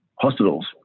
hospitals